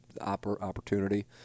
opportunity